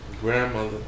grandmother